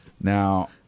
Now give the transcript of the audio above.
Now